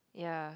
ya